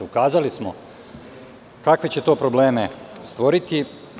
Ukazali smo kakve će to probleme stvoriti.